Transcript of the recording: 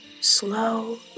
slow